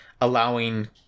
allowing